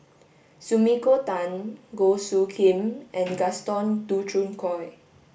Sumiko Tan Goh Soo Khim and Gaston Dutronquoy